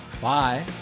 Bye